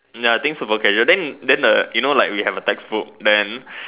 ya the thing super casual then then the you know like we have a textbook then